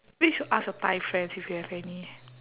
maybe you should ask your thai friends if they have any